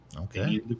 Okay